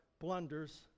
blunders